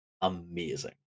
amazing